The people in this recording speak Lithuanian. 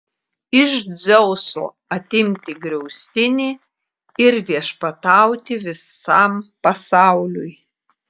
iš dzeuso atimti griaustinį ir viešpatauti visam pasauliui